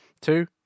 Two